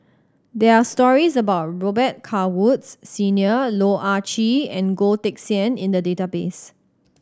there are stories about Robet Carr Woods Senior Loh Ah Chee and Goh Teck Sian in the database